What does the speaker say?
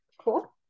cool